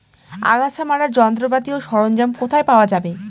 আগাছা মারার যন্ত্রপাতি ও সরঞ্জাম কোথায় পাওয়া যাবে?